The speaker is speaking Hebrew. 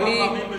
כמה פעמים בשנה.